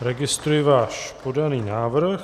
Registruji váš podaný návrh.